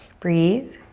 breathe.